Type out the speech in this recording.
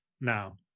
now